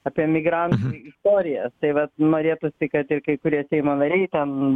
apie emigrantų istorijas taip pat norėtųsi kad ir kai kurie seimo nariai ten